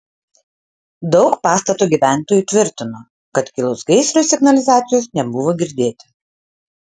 daug pastato gyventojų tvirtino kad kilus gaisrui signalizacijos nebuvo girdėti